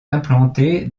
implantée